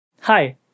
Hi